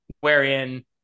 wherein